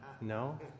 No